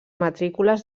matrícules